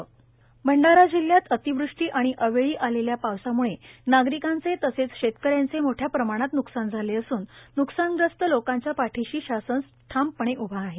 अतिवष्टी भंडारा जिल्ह्यात अतिवृष्टी आणि अवेळी आलेल्या पावसाम्ळे नागरिकांचे तसंच शेतकऱ्यांचे मोठया प्रमाणात न्कसान झाले असून न्कसानग्रस्त लोकांच्या पाठीशी शासन ठामपणे उभे आहे